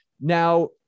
Now